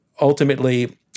ultimately